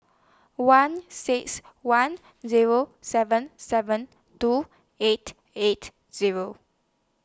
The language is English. one six one Zero seven seven two eight eight Zero